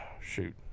shoot